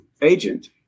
agent